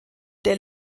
der